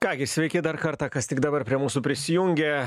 ką gi sveiki dar kartą kas tik dabar prie mūsų prisijungė